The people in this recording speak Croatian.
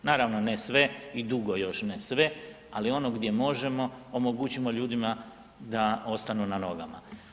Naravno ne sve i dugo još ne sve, ali ono gdje možemo omogućimo ljudima da ostanu na nogama.